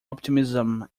optimism